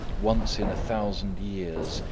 once in a thousand years,